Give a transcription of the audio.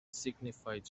signified